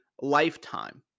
lifetime